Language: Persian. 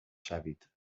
شوید